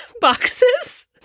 boxes